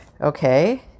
Okay